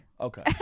Okay